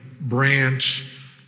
branch